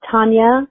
Tanya